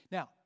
Now